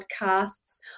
podcasts